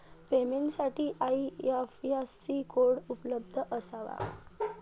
पेमेंटसाठी IFSC code उपलब्ध असावा